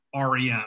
REM